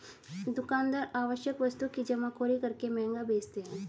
दुकानदार आवश्यक वस्तु की जमाखोरी करके महंगा बेचते है